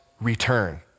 return